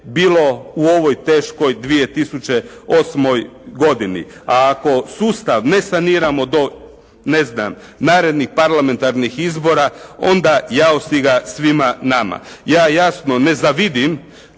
bilo u ovoj teškoj 2008. godini. A ako sustav ne saniramo do ne znam narednih parlamentarnih izbora onda jao si ga svima nama. Ja jasno ne zavidim